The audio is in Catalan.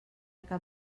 cap